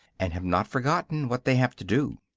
and have not forgotten what they have to do.